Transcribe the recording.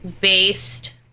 based